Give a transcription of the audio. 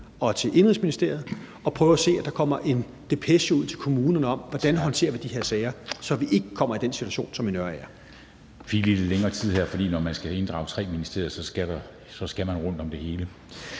og til Indenrigsministeriet og prøve at se, om der kan komme en depeche ud til kommunerne om, hvordan vi håndterer de her sager, så vi ikke kommer i en situation som i Nørager. Kl. 13:33 Formanden (Henrik Dam Kristensen): Tak. Ministeren fik lige lidt længere tid her, for når man skal inddrage tre ministerier, skal man rundt om det hele.